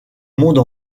monde